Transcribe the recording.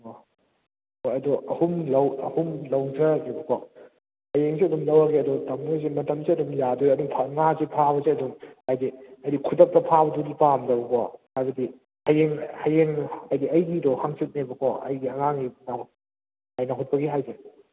ꯑꯣ ꯍꯣꯏ ꯑꯗꯣ ꯑꯍꯨꯝ ꯑꯍꯨꯝ ꯂꯧꯖꯒꯦꯕꯀꯣ ꯍꯌꯦꯡꯁꯦ ꯑꯗꯨꯝ ꯂꯧꯔꯒꯦ ꯑꯗꯣ ꯇꯥꯃꯣꯍꯣꯏꯁꯦ ꯃꯇꯝꯁꯦ ꯑꯗꯨꯝ ꯌꯥꯗꯣꯏꯔꯥ ꯑꯗꯨꯝ ꯀꯥꯟ ꯉꯥꯁꯦ ꯐꯥꯕꯁꯦ ꯑꯗꯨꯝ ꯍꯥꯏꯗꯤ ꯍꯥꯏꯗꯤ ꯈꯨꯗꯛꯇ ꯐꯥꯕꯗꯨꯗꯤ ꯄꯥꯝꯗꯕꯀꯣ ꯍꯥꯏꯕꯗꯤ ꯍꯌꯦꯡ ꯍꯌꯦꯡ ꯍꯥꯏꯗꯤ ꯑꯩꯒꯤꯗꯣ ꯍꯪꯆꯤꯠꯅꯦꯕꯀꯣ ꯑꯩꯒꯤ ꯑꯉꯥꯡꯒꯤ ꯑꯥ ꯅꯥꯍꯨꯠꯄꯒꯤ ꯍꯥꯏꯁꯦ